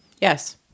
Yes